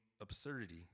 absurdity